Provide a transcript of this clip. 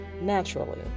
naturally